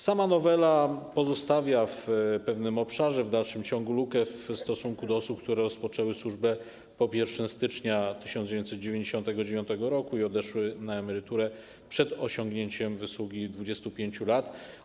Sama nowela pozostawia w pewnym obszarze w dalszym ciągu lukę w stosunku do osób, które rozpoczęły służbę po 1 stycznia 1999 r. i odeszły na emeryturę przed osiągnięciem wysługi 25 lat.